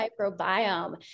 microbiome